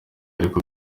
ariko